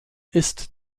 ist